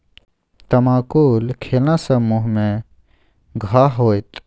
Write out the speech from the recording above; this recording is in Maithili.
तमाकुल खेला सँ मुँह मे घाह होएत